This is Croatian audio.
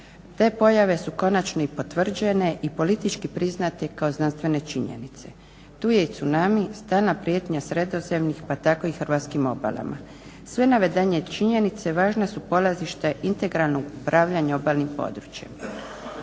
Te pojave su konačno i potvrđene i politički priznate kao znanstvene činjenice. Tu je i tsunami stalna prijetnja sredozemnih pa tako i hrvatskim obalama. Sve navedene činjenice važno su polazište integralnog upravljanja obalnim područjem.